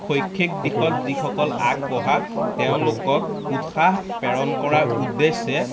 শৈক্ষিক দিশত যিসকল আগবঢ়া তেওঁলোকক উৎসাহ প্ৰেৰণ কৰাৰ উদ্যেশে